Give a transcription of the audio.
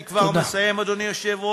אני כבר מסיים, אדוני היושב-ראש.